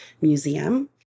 Museum